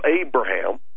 Abraham